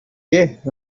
yeah